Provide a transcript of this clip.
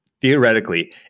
theoretically